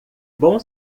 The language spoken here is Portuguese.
bom